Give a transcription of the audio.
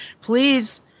please